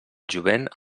jovent